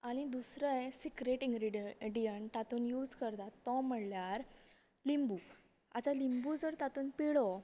आनी दुसरें secret ingredient तातूंत यूज करतात तो म्हळ्यार लिंबू आता लिंबू जर तातूंत पिळ्ळो